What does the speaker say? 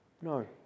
no